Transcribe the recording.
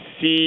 see